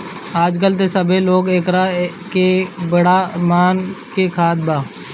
आजकल त सभे लोग एकरा के बड़ा मन से खात बा